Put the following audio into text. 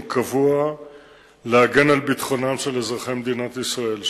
קבוע להגן על ביטחונם של אזרחי מדינת ישראל שם.